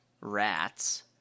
Rats